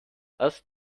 erst